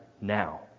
now